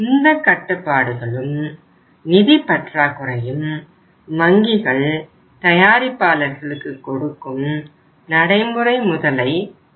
இந்த கட்டுப்பாடுகளும் நிதிப் பற்றாக்குறையும் வங்கிகள் தயாரிப்பாளர்களுக்கு கொடுக்கும் நடைமுறை முதலை பாதிக்கின்றன